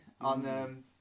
On